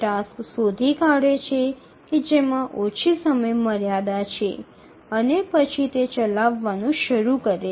প্রথম কার্যধারার কার্যগুলির শেষ করে এটি চলতে শুরু করে